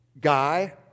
Guy